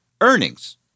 earnings